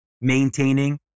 maintaining